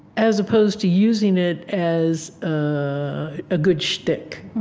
as opposed to using it as a ah good shtick